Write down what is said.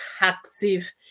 active